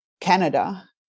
Canada